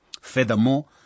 Furthermore